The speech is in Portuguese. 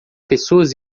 pessoas